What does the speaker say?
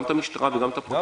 גם את המשטרה וגם את הפרקליטות.